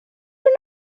know